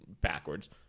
backwards